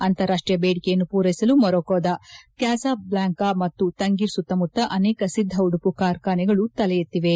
ಅಂತಾರಾಷ್ಟೀಯ ಬೇಡಿಕೆಯನ್ನು ಪೂರೈಸಲು ಮೊರಾಕೊದ ಕ್ಯಾಸಾಬ್ಲಾಂಕಾ ಮತ್ತು ತಂಗೀರ್ ಸುತ್ತಮುತ್ತ ಅನೇಕ ಸಿದ್ಧ ಉಡುಪು ಕಾರ್ಖಾನೆಗಳು ತಲೆ ಎತ್ತಿವೆ